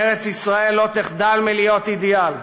ארץ-ישראל לא תחדל מלהיות אידיאל.